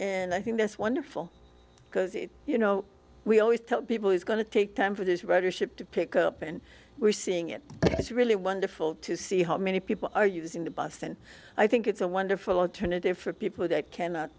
and i think that's wonderful because you know we always tell people it's going to take time for this ridership to pick up and we're seeing it it's really wonderful to see how many people are using the bus and i think it's a wonderful alternative for people that cannot